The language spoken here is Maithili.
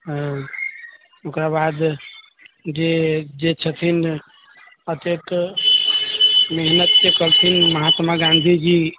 हँ ओकरा बाद जे जे छथिन अतेक मेहनत केलखिन महात्मा गाँधी जी